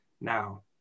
now